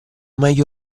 meglio